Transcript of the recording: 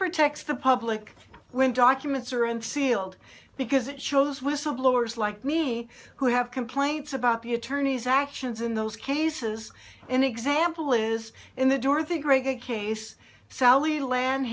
protects the public when documents are unsealed because it shows whistleblowers like me who have complaints about the attorney's actions in those cases an example is in the dorothy great case sally lan